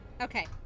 Okay